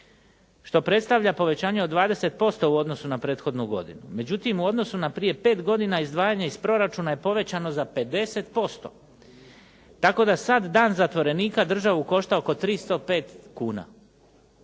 što predstavlja povećanje od 20% u odnosu na prethodnu godinu. Međutim, u odnosu na prije pet godina izdvajanje iz proračuna je povećano za 50% tako da sad dan zatvorenika državu košta oko 305 kuna.